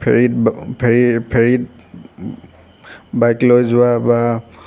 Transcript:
ফেৰীত ফেৰী ফেৰীত বাইক লৈ যোৱা বা